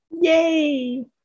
Yay